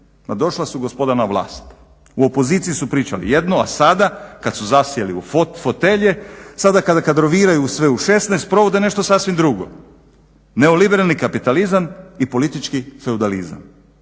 Ma došla su gospoda na vlast. U opoziciji su pričali jedno, a sada kad su zasjeli u fotelje, sada kada kadroviraju sve u šesnaest provode nešto sasvim drugo, neoliberalni kapitalizam i politički feudalizam.